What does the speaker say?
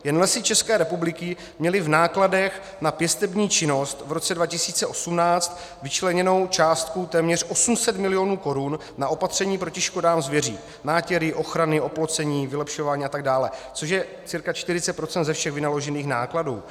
Jen Lesy České republiky měly v nákladech na pěstební činnost v roce 2018 vyčleněnou částku téměř 800 milionů korun na opatření proti škodám zvěří nátěry, ochrany, oplocení, vylepšování a tak dále, což je cca 40 procent ze všech vynaložených nákladů.